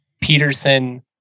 Peterson